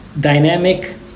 dynamic